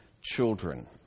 children